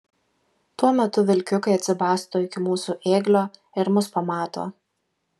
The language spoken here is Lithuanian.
tuo metu vilkiukai atsibasto iki mūsų ėglio ir mus pamato